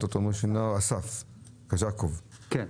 אסף קזקוב, בבקשה.